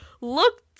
look